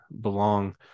belong